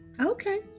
Okay